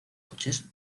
coches